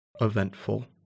eventful